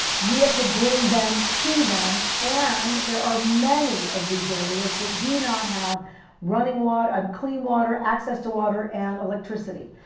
we have to bring them to them and there are many of these areas that do not have running water um clean water, access to water and electricity.